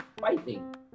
fighting